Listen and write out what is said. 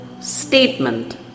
statement